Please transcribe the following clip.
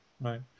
right